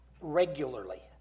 Regularly